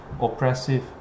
oppressive